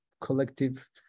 collective